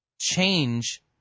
change